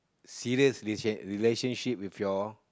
serious relationship relationship with your